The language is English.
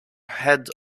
head